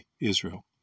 Israel